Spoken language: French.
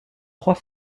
trois